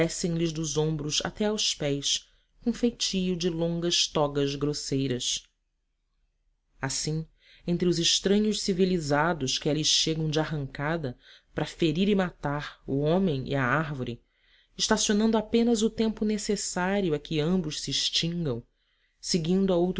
descem lhes dos ombros até aos pés com o feitio de longas togas grosseiras assim entre os estranhos civilizados que ali chegam de arrancada para ferir e matar o homem e a árvore estacionando apenas o tempo necessário a que ambos se extingam seguindo a